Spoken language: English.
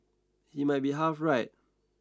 he might be half right